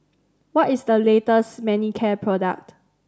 what is the latest Manicare product